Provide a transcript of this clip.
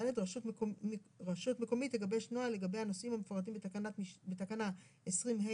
רשות מקומית תגבש נוהל לגבי הנושאים המפורטים בתקנה 20ה